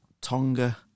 Tonga